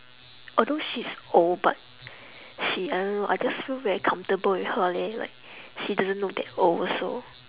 although she's old but she I don't know I just feel very comfortable with her leh like she doesn't look that old also